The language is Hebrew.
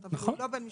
אבל הוא לא בן משפחה.